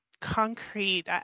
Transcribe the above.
concrete